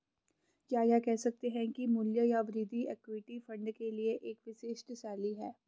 क्या यह कह सकते हैं कि मूल्य या वृद्धि इक्विटी फंड के लिए एक विशिष्ट शैली है?